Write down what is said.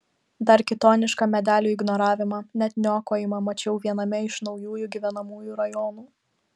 dar kitonišką medelių ignoravimą net niokojimą mačiau viename iš naujųjų gyvenamųjų rajonų